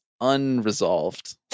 unresolved